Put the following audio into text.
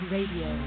Radio